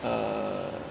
err